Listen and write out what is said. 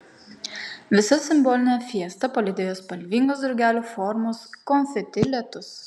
visą simbolinę fiestą palydėjo spalvingas drugelių formos konfeti lietus